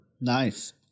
Nice